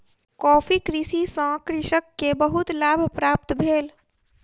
coffee कृषि सॅ कृषक के बहुत लाभ प्राप्त भेल